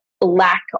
lack